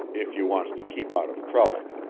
if you wants to keep out of trouble.